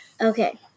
okay